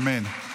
אמן.